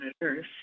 Earth